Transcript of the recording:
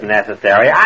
necessary